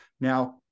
Now